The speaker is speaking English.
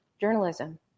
journalism